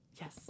Yes